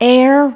Air